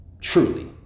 truly